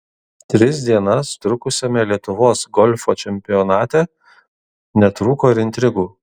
tris dienas trukusiame lietuvos golfo čempionate netrūko ir intrigų